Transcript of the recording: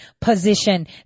position